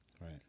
Right